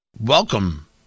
welcome